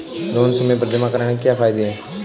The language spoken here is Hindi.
लोंन समय पर जमा कराने के क्या फायदे हैं?